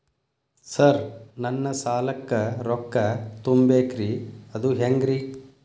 Sir ನನ್ನ ಸಾಲಕ್ಕ ರೊಕ್ಕ ತುಂಬೇಕ್ರಿ ಅದು ಹೆಂಗ್ರಿ?